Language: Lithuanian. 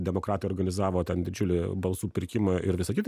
demokratai organizavo ten didžiulį balsų pirkimą ir visa kita